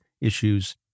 issues